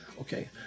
Okay